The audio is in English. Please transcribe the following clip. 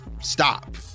stop